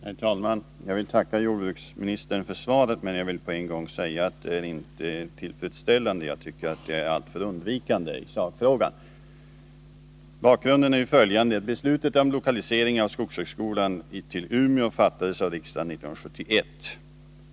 Herr talman! Jag vill tacka jordbruksministern för svaret, men på en gång säga att det inte är tillfredsställande. Det är alltför undvikande i sakfrågan. Bakgrunden är följande. Beslutet om lokalisering av skogshögskolan till Umeå fattades av riksdagen 1971.